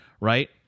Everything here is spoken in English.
right